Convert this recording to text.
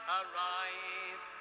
arise